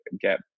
get